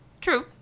True